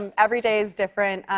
um every day is different,